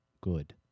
good